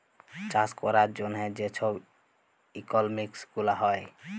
চাষ ক্যরার জ্যনহে যে ছব ইকলমিক্স গুলা হ্যয়